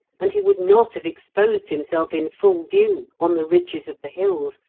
and he would not have exposed himself in full view on the ridges of the hills,